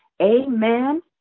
amen